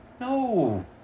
No